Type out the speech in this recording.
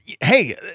Hey